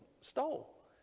stole